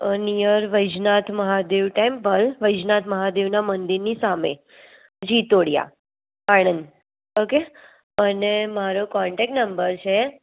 near Vejnath Mahadev temple Vejnath મહાદેવના મંદિરની સામે જીતોડિયા આણંદ ઓકે અને મારો કોન્ટેક નંબર છે